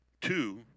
Two